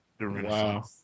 Wow